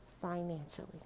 financially